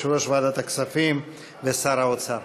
יושב-ראש ועדת הכספים ושר האוצר.